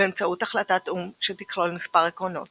באמצעות החלטת או"ם שתכלול מספר עקרונות